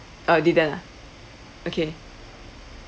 oh didn't ah okay